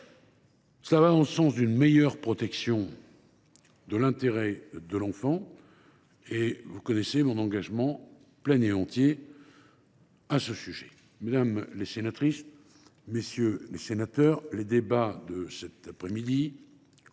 Cela va dans le sens d’une meilleure protection de l’intérêt de l’enfant – et vous connaissez mon engagement plein et entier à ce sujet. Mesdames les sénatrices, messieurs les sénateurs, les débats de cet après midi s’annoncent